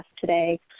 today